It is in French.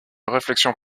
réflexion